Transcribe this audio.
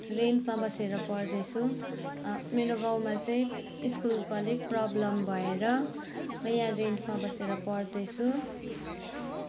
रेन्टमा बसेर पढ्दैछु मेरो गाउँमा चाहिँ स्कुलको अलिक प्रब्लम भएर म यहाँ रेन्टमा बसेर पढ्दैछु